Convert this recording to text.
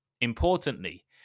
Importantly